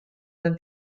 than